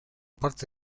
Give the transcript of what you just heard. parte